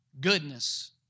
goodness